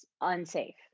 unsafe